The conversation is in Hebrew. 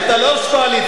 אתה לא ראש הקואליציה.